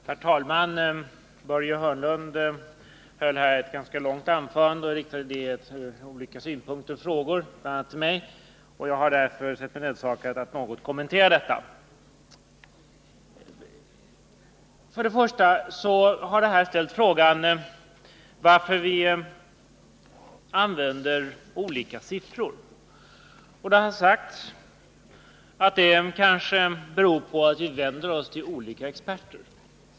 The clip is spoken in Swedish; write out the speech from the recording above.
Herr talman! Börje Hörnlund höll här ett ganska långt anförande och riktade frågor bl.a. till mig. Jag har därför sett mig nödsakad att något kommentera detta. Här har ställts frågan varför vi använder olika siffror. Det har sagts att det kanske beror på att vi vänder oss till olika experter.